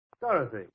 Dorothy